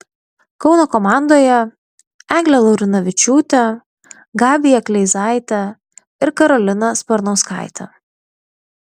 kauno komandoje eglė laurinavičiūtė gabija kleizaitė ir karolina sparnauskaitė